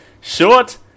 short